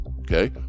okay